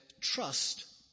Trust